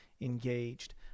engaged